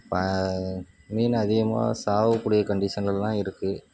பா மீன் அதிகமாக சாகக்கூடிய கண்டிஷன்லெலாம் இருக்குது